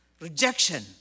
rejection